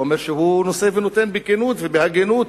ואומר שהוא נושא ונותן בכנות ובהגינות,